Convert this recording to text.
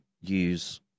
use